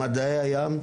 מדעי הים,